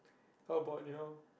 how about you know